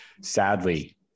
sadly